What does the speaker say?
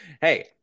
hey